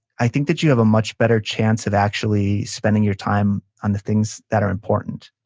i think that you have a much better chance of actually spending your time on the things that are important.